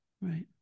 Right